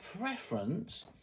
preference